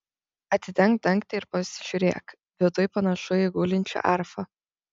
atidenk dangtį ir pasižiūrėk viduj panašu į gulinčią arfą